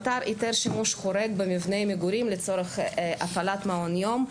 מתן היתר שימוש חורג במבנה מגורים לצורך הפעלת מעון יום.